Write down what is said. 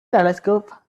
telescope